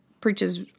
preaches